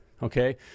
Okay